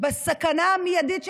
בסכנה המיידית לאזרחים,